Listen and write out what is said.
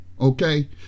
Okay